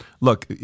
look